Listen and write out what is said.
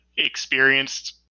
experienced